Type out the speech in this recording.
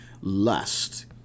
lust